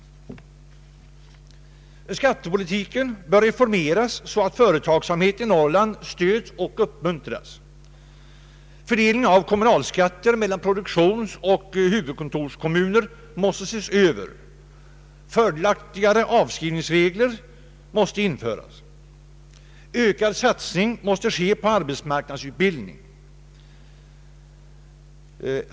Skattepolitiken bör reformeras så att företagsamhet i Norrland stöds och uppmuntras. Fördelning av kommunalskatter mellan produktionsoch <:huvudkontorskommuner måste ses över. Fördelaktigare avskrivningsregler måste införas. Ökad satsning måste ske på arbetsmarknadsutbildning.